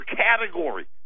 category